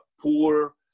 poor